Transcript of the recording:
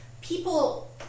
People